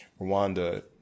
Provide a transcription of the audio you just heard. Rwanda